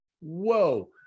whoa